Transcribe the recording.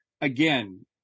Again